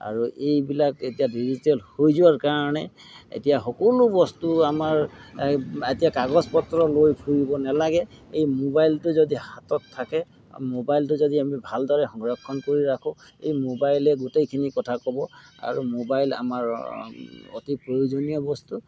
আৰু এইবিলাক এতিয়া ডিজিটেল হৈ যোৱাৰ কাৰণে এতিয়া সকলো বস্তু আমাৰ এই এতিয়া কাগজ পত্ৰ লৈ ফুৰিব নেলাগে এই মোবাইলটো যদি হাতত থাকে আৰু মোবাইলটো যদি আমি ভালদৰে সংৰক্ষণ কৰি ৰাখোঁ এই মোবাইলে গোটেইখিনি কথা ক'ব আৰু মোবাইল আমাৰ অতি প্ৰয়োজনীয় বস্তু